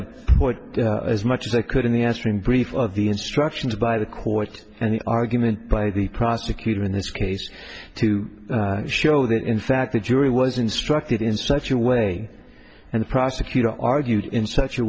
point as much as i could in the extreme brief of the instructions by the court and the argument by the prosecutor in this case to show that in fact the jury was instructed in such a way and the prosecutor argued in such a